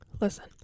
Listen